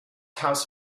house